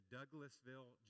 Douglasville